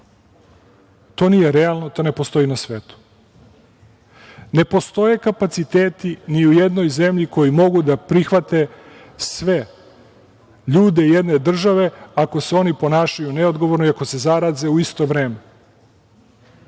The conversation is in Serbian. To nije realno, to ne postoji na svetu. Ne postoje kapaciteti ni u jednoj zemlji koji mogu da prihvate sve ljude jedne države ako se oni ponašaju neodgovorno i ako se zaraze u isto vreme.